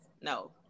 no